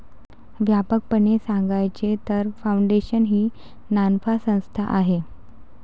व्यापकपणे सांगायचे तर, फाउंडेशन ही नानफा संस्था आहे